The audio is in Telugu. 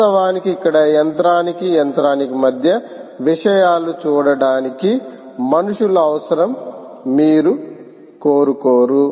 వాస్తవానికి ఇక్కడ యంత్రానికి యంత్రానికి మధ్య విషయాలు చూడడానికి మనుషుల అవసరం మీరు కోరుకోరు